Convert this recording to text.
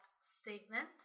statement